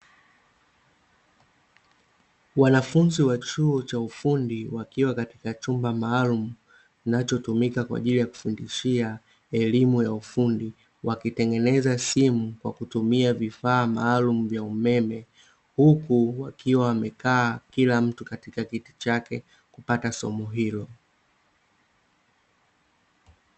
Wanafunzi wa chuo cha ufundi wakiwa katika chumba maalumu, kinacho tumika kwa ajili ya kufundishia elimu ya ufundi wakitengeneza simu kwa kutumia vifaa maalumu vya umeme, huku wakiwa wamekaa kila mtu katika kiti chake kupata somo hilo.